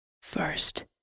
first